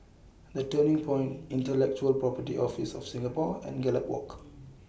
The Turning Point Intellectual Property Office of Singapore and Gallop Walk